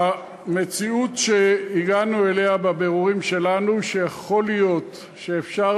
המציאות שהגענו אליה בבירורים שלנו היא שיכול להיות שאפשר